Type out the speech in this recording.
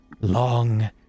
long